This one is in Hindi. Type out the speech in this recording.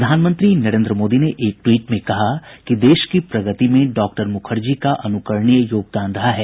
प्रधानमंत्री नरेन्द्र मोदी ने एक ट्वीट में कहा कि देश की प्रगति में डॉक्टर श्यामा प्रसाद मुखर्जी का अनुकरणीय योगदान रहा है